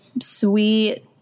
sweet